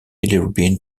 bilirubin